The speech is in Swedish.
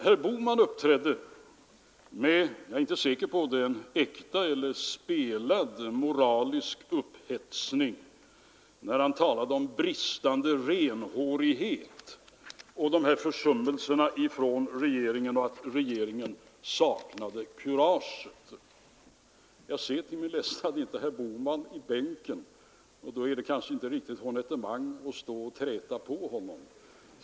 Herr Bohman uppträdde med en äkta eller spelad moralisk upphetsning — jag är inte säker på vilket — när han talade om bristande renhårighet och försummelser från regeringen och framhöll att regeringen saknar kurage. Jag ser till min ledsnad inte herr Bohman i bänken, och då är det kanske inte riktigt honnett att stå och träta på honom.